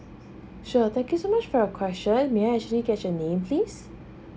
sure thank you so much for your question may I actually get your name please